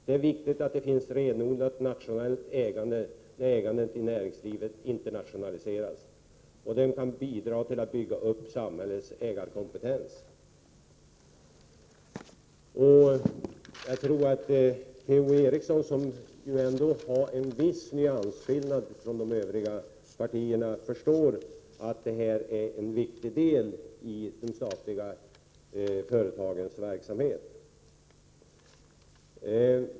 +» Det är viktigt att det finns ett renodlat nationellt ägande när ägandet i näringslivet internationaliseras. « De kan bidra till att bygga upp samhällets ägarkompetens. Jag tror att Per-Ola Eriksson, i vars anförande det ändå fanns en viss nyansskillnad gentemot de övriga inläggen från borgerligt håll, förstår att det här är viktiga delar i de statliga företagens verksamhet.